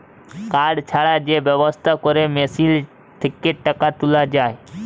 card ছাড়া যে ব্যবস্থা ক্যরে মেশিল থ্যাকে টাকা তুলা যায়